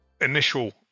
Initial